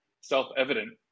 self-evident